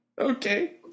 Okay